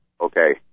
okay